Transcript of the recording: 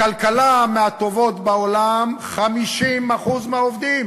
הכלכלה, מהטובות בעולם, 50% מהעובדים